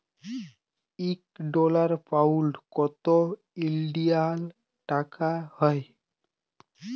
ইক dollar, pound কত ইলডিয়াল টাকা হ্যয়